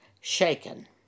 shaken